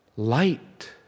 Light